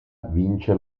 vince